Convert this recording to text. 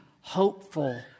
hopeful